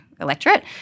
electorate